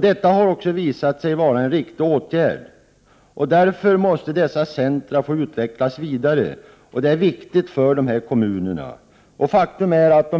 Detta har också visat sig vara en riktig åtgärd. Därför måste dessa centra få utvecklas vidare, det är viktigt för de här kommunerna. Faktum är att